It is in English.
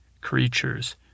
creatures